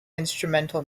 instrumental